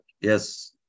yes